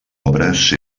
obres